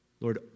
Lord